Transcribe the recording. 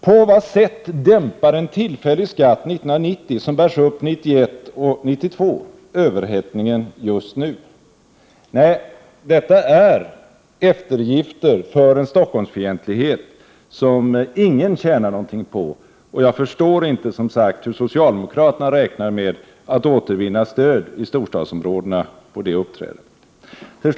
På vad sätt dämpar en tillfällig skatt 1990, som bärs upp 1991 och 1982, överhettningen just nu? Nej, detta är eftergifter för en Stockholmsfientlighet som ingen tjänar någonting på. Jag förstår inte, som sagt, hur socialdemokraterna räknar med att återvinna stöd i storstadsområdena med detta sitt uppträdande.